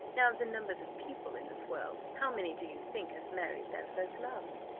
now, of the numbers of people in this world, how many do you think have married their first loves?